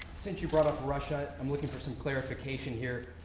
since you brought up russia, i'm looking for some clarification here.